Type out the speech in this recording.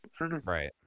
Right